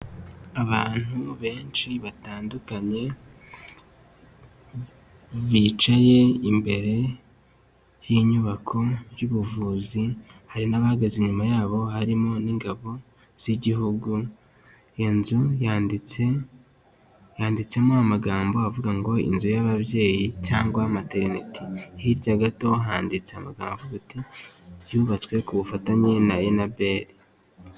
Abantu benshi batandukanye, bicaye imbere y'inyubako y'ubuvuzi hari n'abahagaze inyuma yabo harimo n'ingabo z'igihugu, iyo nzu yanditse yanditsemo amagambo avuga ngo inzu y'ababyeyi cyangwa materineti, hirya gato handitse amagambo avuga ati yubatswe ku bufatanye na yunaberi.